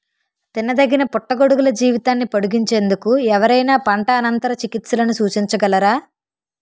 తినదగిన పుట్టగొడుగుల జీవితాన్ని పొడిగించేందుకు ఎవరైనా పంట అనంతర చికిత్సలను సూచించగలరా?